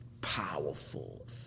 powerful